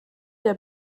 der